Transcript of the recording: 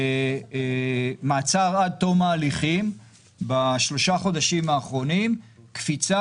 מעצר עד תום ההליכים בשלושת החודשים האחרונים קפיצה